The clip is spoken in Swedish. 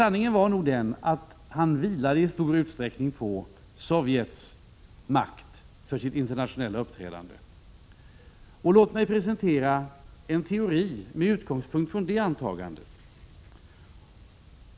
Sanningen var nog den att Olof Palme i stor utsträckning vilade på Sovjets makt i sitt internationella uppträdande. Låt mig presentera en teori med utgångspunkt i det antagandet!